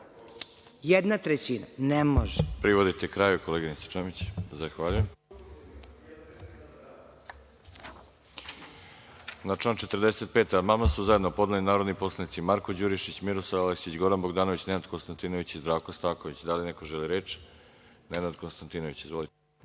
Jedna trećina ne može.